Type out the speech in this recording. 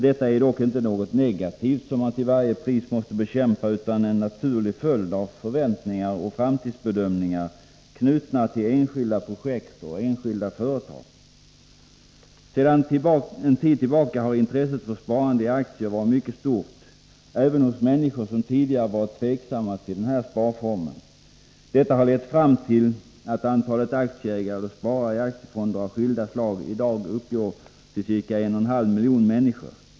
Detta är dock inte något negativt som till varje pris måste bekämpas, utan en naturlig följd av förväntningar och framtidsbedömningar knutna till enskilda projekt och enskilda företag. Sedan en tid tillbaka har intresset för sparande i aktier varit mycket stort, även hos människor som tidigare varit tveksamma till denna sparform. Detta harlett fram till att antalet aktieägare eller sparare i aktiefonder av skilda slag i dag uppgår till ca en och en halv miljon människor.